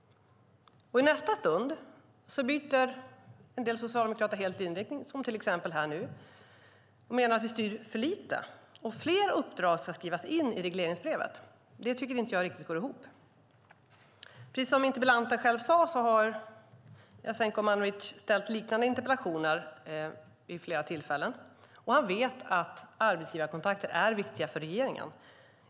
I nästa stund byter en del socialdemokrater helt inriktning, som nu här till exempel, och menar att vi styr för lite och att fler uppdrag ska skrivas in i regleringsbrevet. Det går inte riktigt ihop. Precis som interpellanten själv sade har Jasenko Omanovic ställt liknande interpellationer vid flera tillfällen. Han vet att arbetsgivarkontakter är viktiga för regeringen.